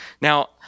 Now